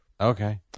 Okay